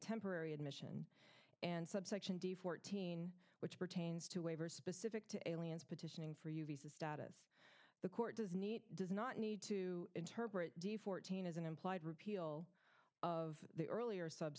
temporary admission and subsection d fourteen which pertains to waivers specific to aliens petitioning for u visa status the court does need does not need to interpret the fourteen as an implied repeal of the earlier